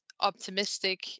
optimistic